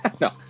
No